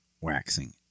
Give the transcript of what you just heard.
waxing